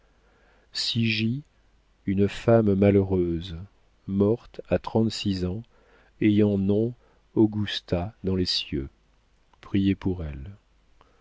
cy git une femme malheureuse morte à trente-six ans ayant nom augusta dans les cieux priez pour elle